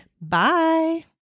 Bye